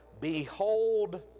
Behold